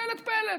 קלט-פלט.